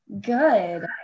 Good